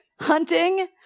hunting